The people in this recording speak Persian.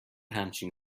همچین